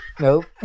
Nope